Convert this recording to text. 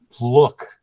look